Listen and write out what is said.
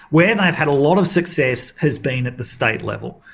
where they've had a lot of success has been at the state level.